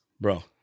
Bro